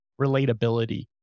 relatability